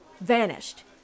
Vanished